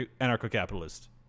anarcho-capitalist